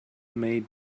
made